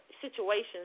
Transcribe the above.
situations